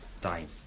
time